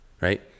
Right